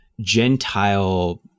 Gentile